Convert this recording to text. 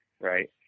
right